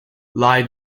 lie